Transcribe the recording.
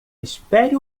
espere